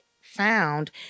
Found